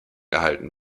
erhalten